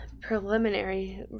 preliminary